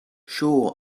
sure